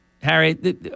Harry